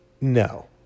No